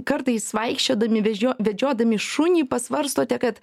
kartais vaikščiodami vežio vedžiodami šunį pasvarstote kad